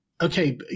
Okay